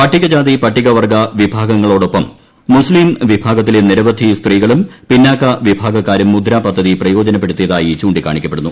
പട്ടികജാതി പട്ടികവർഗ്ഗ വിഭാഗങ്ങളോടൊപ്പം മുസ്ലീം വിഭാഗത്തിലെ നിരവധി സ്ത്രീകളും പിന്നാക്ക വിഭാഗക്കാരും മുദ്ര പദ്ധതി പ്രയോജനപ്പെടുത്തിയതായി ചൂണ്ടിക്കാണിക്കപ്പെടുന്നു